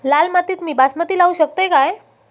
लाल मातीत मी बासमती लावू शकतय काय?